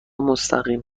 مستقیم